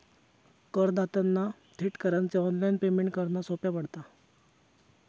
करदात्यांना थेट करांचे ऑनलाइन पेमेंट करना सोप्या पडता